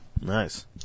Nice